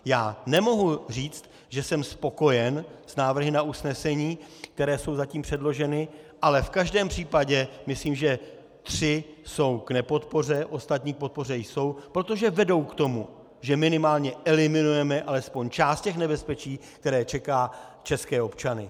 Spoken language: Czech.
Já nemohu říct, že jsem spokojen s návrhy na usnesení, které jsou zatím předloženy, ale v každém případě myslím, že tři jsou k nepodpoře, ostatní k podpoře jsou, protože vedou k tomu, že minimálně eliminujeme alespoň část toho nebezpečí, které čeká české občany.